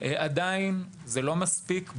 אבל זה עדיין לא מספיק,